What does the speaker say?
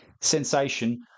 sensation